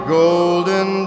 golden